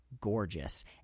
gorgeous